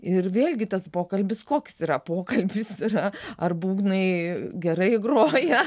ir vėlgi tas pokalbis koks yra pokalbis yra ar būgnai gerai groja